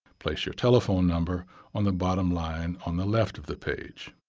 place your telephone number on the bottom line on the left of the page.